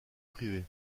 privée